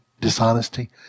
dishonesty